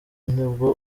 nibwo